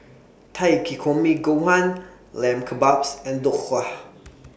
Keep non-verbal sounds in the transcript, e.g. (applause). Takikomi Gohan Lamb Kebabs and Dhokla (noise)